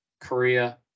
Korea